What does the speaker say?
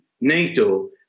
NATO